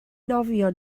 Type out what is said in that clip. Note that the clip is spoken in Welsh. nofio